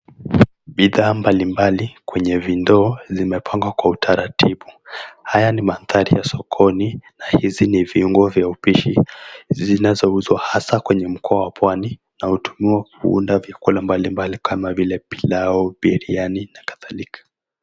Bidhaa mbalimbali kwenye vindoo zimepangwa kwa utaratibu. Haya ni madhari ya sokoni na hizi ni viungo vya upishi zinazouzwa hasa kwenye mkoa wa Pwani na hutumiwa kuunda vyakula mbalimbali kama vile pilau, biriani na kadhalika.